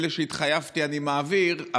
לאלה שהתחייבתי אני מעבירה,